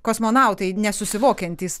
kosmonautai nesusivokiantys